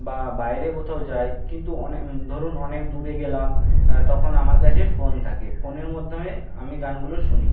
বা বাইরে কোথাও যাই কিন্তু অনে ধরুন অনেক দূরে গেলাম তখন আমার কাছে ফোন থাকে ফোনের মধ্যমে আমি গানগুলো শুনি